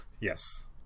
Yes